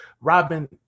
Robin